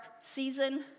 season